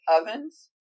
ovens